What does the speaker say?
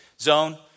Zone